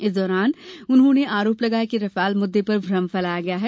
इस दौरान उन्होंने आरोप लगाया कि राफेल मुददें पर भ्रम फैलाया है